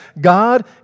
God